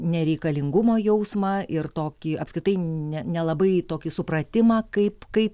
nereikalingumo jausmą ir tokį apskritai ne nelabai tokį supratimą kaip kaip